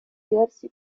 diversi